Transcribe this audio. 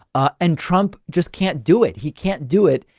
and trump just can't do it. he can't do it.